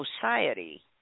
society